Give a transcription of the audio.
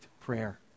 prayer